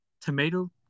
Tomato